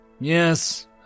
Yes